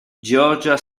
georgia